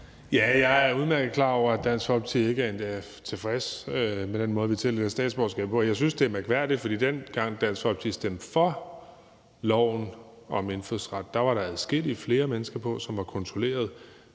Ja, jeg er udmærket klar over, at Dansk Folkeparti ikke er tilfreds med den måde, vi tildeler statsborgerskaber på. Jeg synes, det er mærkværdigt, for dengang Dansk Folkeparti stemte for loven om indfødsret, var der mange flere mennesker på, som var kontrolleret